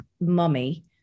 mummy